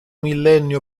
millennio